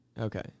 Okay